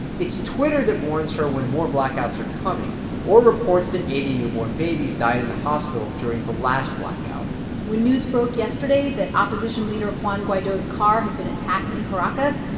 it's twitter that warns her when more blackouts are coming or reports that eighty newborn babies died in the hospital during the last blackout when news broke yesterday that opposition leader juan guaido's car had been attacked in caracas,